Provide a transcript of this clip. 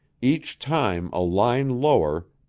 each time a line lower,